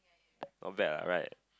not bad what right